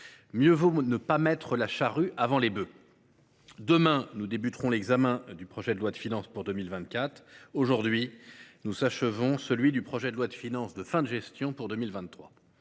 mieux vaut ne pas mettre la charrue avant les bœufs. Demain, nous entamerons l’examen du projet de loi de finances pour 2024 ; aujourd’hui, nous achevons celui du projet de loi de finances de fin de gestion pour 2023.